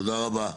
תודה רבה.